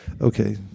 Okay